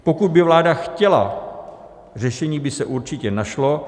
Pokud by vláda chtěla, řešení by se určitě našlo.